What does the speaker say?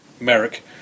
Merrick